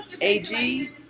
AG